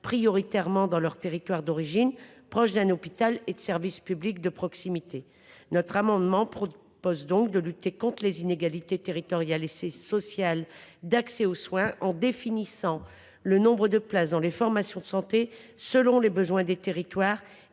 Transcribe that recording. prioritairement dans leur territoire d’origine, proches d’un hôpital et de services publics de proximité. Notre amendement a pour objet de lutter contre les inégalités territoriales et sociales d’accès aux soins en définissant le nombre de places dans les formations de santé selon les besoins des territoires,